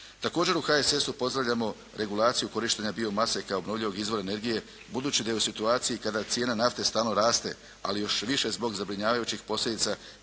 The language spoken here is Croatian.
Također u HSS-u pozdravljamo regulaciju korištenja bio mase kao obnovljivog izvora energije budući da je u situaciji kada cijena nafte stalno raste, ali još više zbog zabrinjavajućih posljedica